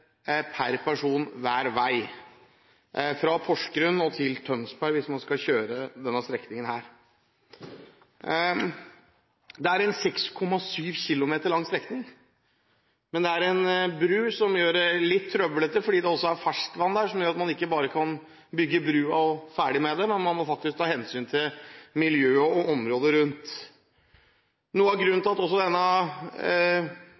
per person hver vei fra Porsgrunn til Tønsberg, hvis man skal kjøre denne strekningen. Det er en 6,7 km lang strekning. Men det er en bru som gjør det litt trøblete. Det er ferskvann der som gjør at en ikke bare kan bygge brua og være ferdig med det, men man må ta hensyn til miljøet og området rundt. Noe av grunnen